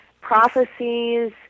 prophecies